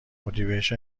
اردیبهشت